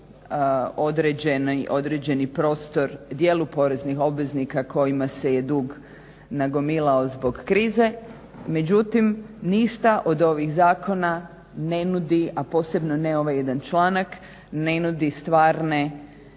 određeni prostor dijelu poreznih obveznika kojima se je dug nagomilao zbog krize. Međutim, ništa od ovih zakona ne nudi, a posebno ne ovaj jedan članak ne nudi stvarne